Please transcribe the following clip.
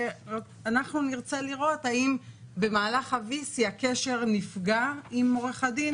אנחנו נרצה לראות האם במהלך ה-VC הקשר נפגע עם עורך הדין,